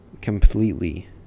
completely